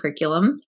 curriculums